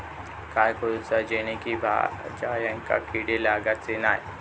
काय करूचा जेणेकी भाजायेंका किडे लागाचे नाय?